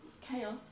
chaos